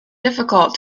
difficult